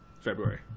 February